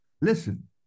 Listen